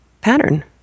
pattern